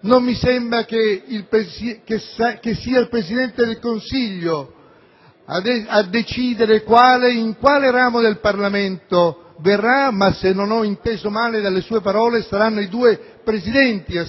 Non mi sembra che sia il Presidente del Consiglio a decidere in quale ramo del Parlamento verrà ma, se non ho inteso male dalle sue parole, saranno i Presidenti dei due rami del Parlamento a